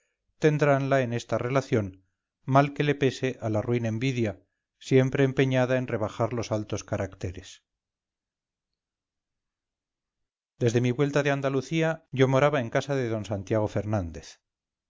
calidades tendranla en esta relación mal que le pese a la ruin envidia siempre empeñada en rebajar los altos caracteres desde mi vuelta de andalucía yo moraba en casa de d santiago fernández